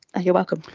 you're welcome.